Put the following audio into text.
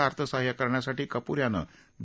ला अर्थसहाय्य करण्यासाठी कप्र यानं डी